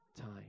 time